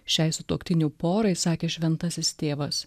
šiai sutuoktinių porai sakė šventasis tėvas